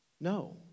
No